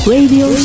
Radio